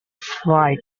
fight